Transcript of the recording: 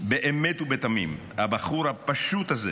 באמת ובתמים הבחור הפשוט הזה,